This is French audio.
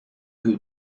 que